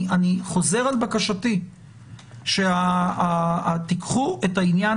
ואני חוזר על בקשתי שתיקחו את העניין